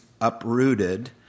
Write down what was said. uprooted